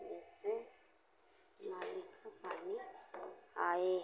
जिससे नाली का पानी आए